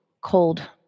cold